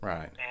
Right